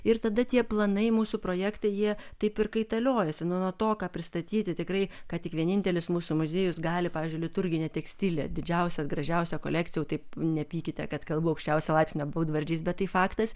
ir tada tie planai mūsų projekte jie taip ir kaitaliojasi nuo to ką pristatyti tikrai kad tik vienintelis mūsų muziejus gali pavyzdžiui liturginė tekstilė didžiausia gražiausia kolekcija taip nepykite kad kalba aukščiausio laipsnio būdvardžiais bet tai faktas